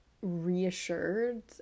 reassured